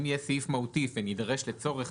אם יהיה סעיף מהותי, ונידרש לצורך